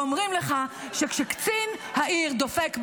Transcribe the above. ואומרים לך שכשקצין העיר דופק בדלת,